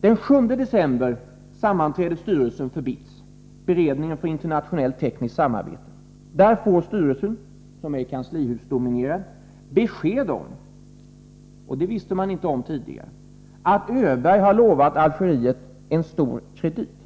Den 7 december sammanträder styrelsen för BITS, beredningen för internationellt tekniskt samarbete. Då får styrelsen — som är kanslihusdominerad — besked om, och det visste man inte tidigare, att Öberg har lovat Algeriet en stor kredit.